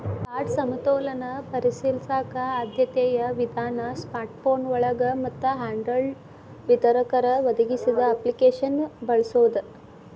card ಸಮತೋಲನ ಪರಿಶೇಲಿಸಕ ಆದ್ಯತೆಯ ವಿಧಾನ ಸ್ಮಾರ್ಟ್ಫೋನ್ಗಳ ಮತ್ತ ಹ್ಯಾಂಡ್ಹೆಲ್ಡ್ ವಿತರಕರ ಒದಗಿಸಿದ ಅಪ್ಲಿಕೇಶನ್ನ ಬಳಸೋದ